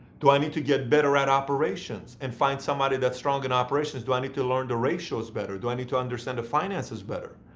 do i need to get better at operations and find somebody that's strong in operations? do i need to learn the ratios better? do i need to understand the finances better?